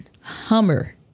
Hummer